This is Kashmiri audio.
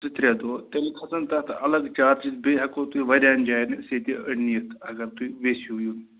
زٕ ترٛہ دۄہ تیٚلہِ کھسان تَتھ الگ چارٕجٕز بیٚیہِ ہٮ۪کَو تُہۍ واریاہَن جایَن أسۍ ییٚتہِ نِتھ اگر تُہۍ ٮ۪ژِھِو یُن